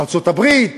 ארצות-הברית,